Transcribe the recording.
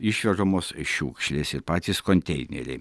išvežamos šiukšlės ir patys konteineriai